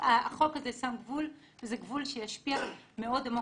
החוק הזה שם גבול וזה גבול שישפיע מאוד עמוק.